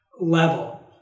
level